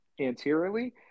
anteriorly